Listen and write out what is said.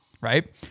right